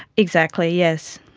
exactly, yes.